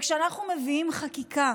כשאנחנו מביאים חקיקה